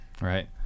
Right